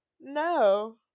No